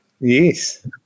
Yes